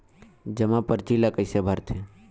जमा परची ल कइसे भरथे?